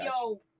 yo